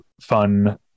fun